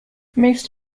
most